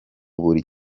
buri